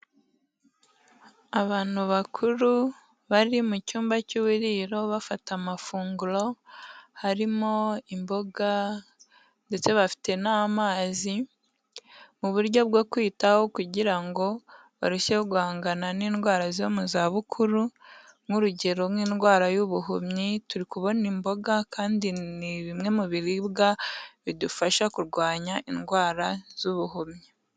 Abantu bakuru, bari mu cyumba cy'uburiro bafata amafunguro, harimo imboga, ndetse bafite n'amazi, mu buryo bwo kwiyitaho, kugira ngo barusheho guhangana n'indwara zo mu zabukuru, nk'urugero nk'indwara y'ubuhumyi, turi kubona imboga, kandi ni bimwe mu biribwa bidufasha kurwanya indwara z'ubuhumyi.